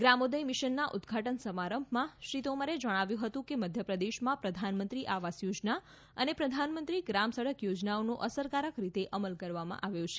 ગ્રામોદય મિશનના ઉદ્દઘાટન સમારંભમાં શ્રી તોમરે જણાવ્યું હતું કે મધ્યપ્રદેશમાં પ્રધાનમંત્રી આવાસ યોજના અને પ્રધાનમંત્રી ગ્રામ સડક યોજનાઓનો અસરકારક રીતે અમલ કરવામાં આવ્યો છે